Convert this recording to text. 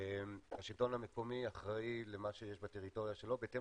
השלטון המקומי אחראי למה שיש בטריטוריה שלו בהתאם